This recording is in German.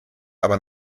aber